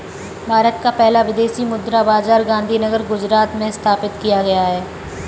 भारत का पहला विदेशी मुद्रा बाजार गांधीनगर गुजरात में स्थापित किया गया है